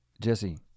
Jesse